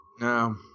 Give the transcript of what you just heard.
No